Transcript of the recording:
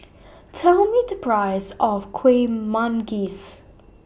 Tell Me The Price of Kueh Manggis